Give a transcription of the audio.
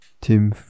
Tim